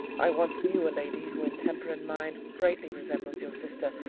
i once knew a lady who in temper and mind greatly resembled your sister,